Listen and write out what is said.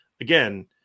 again